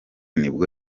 nibwo